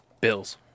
Bills